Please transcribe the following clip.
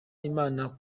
imana